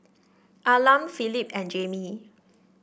Arlan Philip and Jammie